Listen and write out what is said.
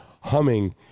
humming